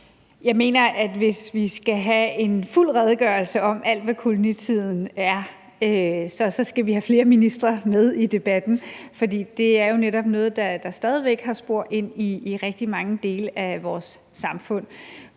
Jeg mener, at hvis vi skal have en fuld redegørelse for alt, hvad kolonitiden er, så skal vi have flere ministre med i debatten, for det er jo netop noget, der stadig væk har spor ind i rigtig mange dele af vores samfund.